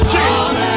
Jesus